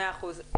מאה אחוז.